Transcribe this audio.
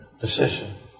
decision